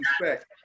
respect